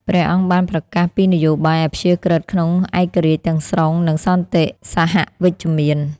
ព្រះអង្គបានប្រកាសពីនយោបាយអព្យាក្រឹតក្នុងឯករាជ្យទាំងស្រុង និងសន្តិសហវិជ្ជមាន។